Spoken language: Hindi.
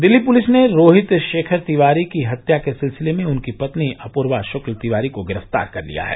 दिल्ली पुलिस ने रोहित शेखर तिवारी की हत्या के सिलसिले में उनकी पत्नी अपूर्वा शुक्ल तिवारी को गिरफ्तार कर लिया है